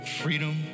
Freedom